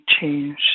change